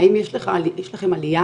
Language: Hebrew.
האם יש לכם עלייה